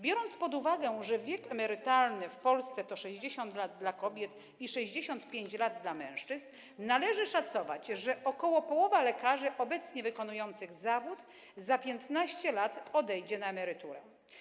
Biorąc pod uwagę, że wiek emerytalny w Polsce to 60 lat dla kobiet i 65 lat dla mężczyzn, należy szacować, że około połowa lekarzy obecnie wykonujących zawód za 15 lat odejdzie na emeryturę.